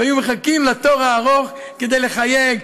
והיינו מחכים בתור ארוך כדי לחייג,